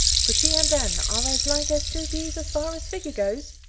for she and anne are as like as two peas as far as figure goes.